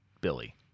Billy